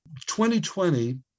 2020